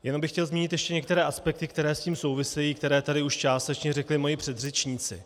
Jenom bych chtěl zmínit ještě některé aspekty, které s tím souvisejí, které tady už částečně řekli moji předřečníci.